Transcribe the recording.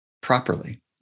properly